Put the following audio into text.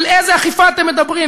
על איזו אכיפה אתם מדברים?